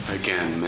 again